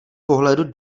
pohledu